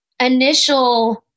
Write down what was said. initial